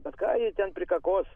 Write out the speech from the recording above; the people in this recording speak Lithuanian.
bet ką ji ten prikakos